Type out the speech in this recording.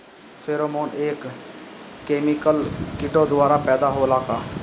Pheromone एक chemical किटो द्वारा पैदा होला का?